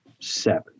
Seven